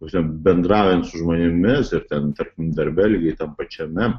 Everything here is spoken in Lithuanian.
ta prasme bendraujant su žmonėmis ir ten tarp darbe lygiai tam pačiame